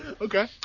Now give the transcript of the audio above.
Okay